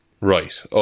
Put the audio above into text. Right